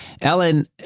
Ellen